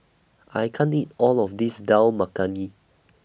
I can't eat All of This Dal Makhani